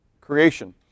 creation